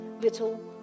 little